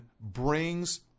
brings